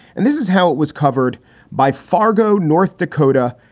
and this is how it was covered by fargo, north dakota.